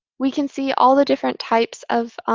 we can see all the different types of